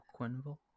Quinville